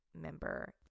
member